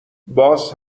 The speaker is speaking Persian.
باز